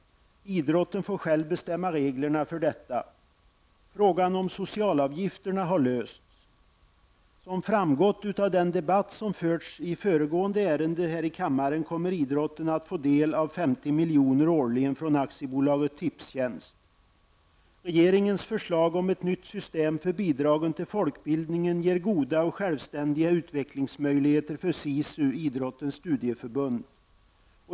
Idrotten får själv bestämma reglerna för detta. -- Frågan om socialavgifterna har lösts. -- Som framgått av den debatt som förts i föregående ärende här i kammaren kommer idrotten att få del av 50 miljoner årligen från AB -- Regeringens förslag om ett nytt system för bidragen till folkbildningen ger goda och självständiga utvecklingsmöjligheter för SISU, idrottens studieförbund.